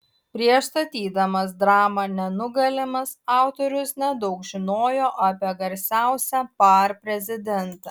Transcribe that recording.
prieš statydamas dramą nenugalimas autorius nedaug žinojo apie garsiausią par prezidentą